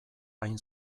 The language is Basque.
hain